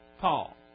Paul